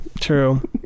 true